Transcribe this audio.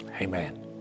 Amen